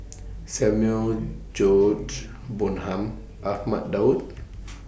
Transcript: Samuel George Bonham Ahmad Daud